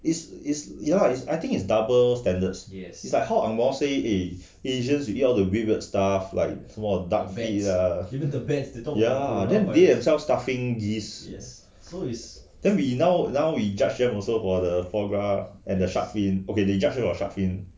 it's it's yeah I I think it's double standards is like how ang moh say eh asians you eat all the weird weird stuff like small duck feet ah ya even they themselves stuffing geese then we now now we judge them also for the foie gras and the shark fin ok we judge them for the shark fin